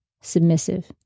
submissive